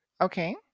Okay